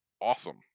awesome